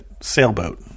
sailboat